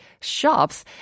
shops